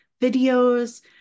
videos